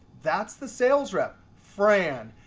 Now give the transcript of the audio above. that's the sales rep fran.